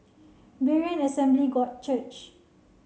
Berean Assembly God Church